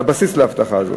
זה הבסיס להבטחה הזאת.